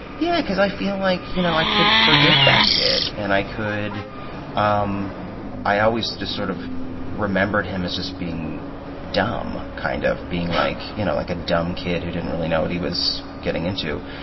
yeah, cause i feel like, you know, i could forgive that kid. and i could um i always just sort of remembered him as just being dumb, kind of being like, you know, like, a dumb kid who didn't really know what he was getting into.